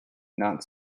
not